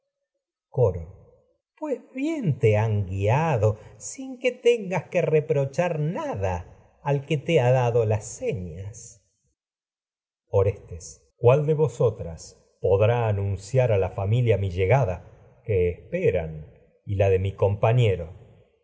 coro pues bien te han guiado sin que tengas que reprochar nada al que te ha dado las orestes señas anunciar a la cuál de vosotras podrá familia mi coro intimo llegada que esperan y la de mi compañero